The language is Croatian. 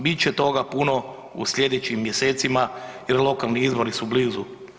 Bit će toga puno u sljedećim mjesecima jer lokalni izbori su blizu.